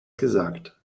gesagt